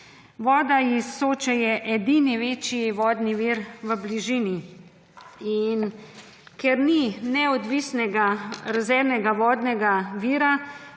Voda iz Soče je edini večji vodni vir v bližini, in ker ni neodvisnega rezervnega vodnega vira,